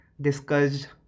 discussed